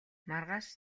маргааш